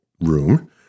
room